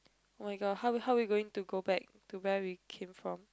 oh-my-god how we how we going to go back to where we came from